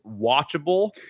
watchable